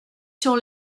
sur